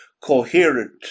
coherent